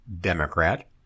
Democrat